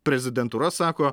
prezidentūra sako